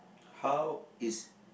how is